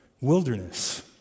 wilderness